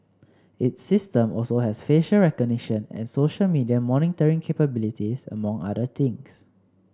its system also has facial recognition and social media monitoring capabilities among other things